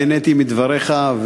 נהניתי מדבריך,